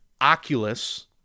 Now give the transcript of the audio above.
Oculus